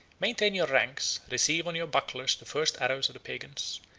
maintain your ranks, receive on your bucklers the first arrows of the pagans,